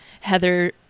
Heather